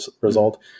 result